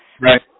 Right